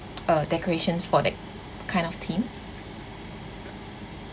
uh decorations for that kind of theme